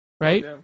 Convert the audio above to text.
Right